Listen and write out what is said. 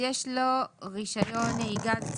יש לו רישיון נהיגה ובלבד שהמרב"ד לא קבע שהוא לא כשיר לנהיגה.